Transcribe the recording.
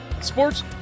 sports